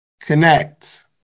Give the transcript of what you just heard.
Connect